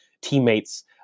teammates